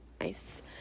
Nice